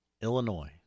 Illinois